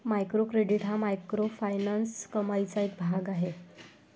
micro credit हा microfinance कमाईचा एक भाग आहे